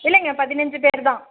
இல்லைங்க பதினஞ்சு பேர் தான்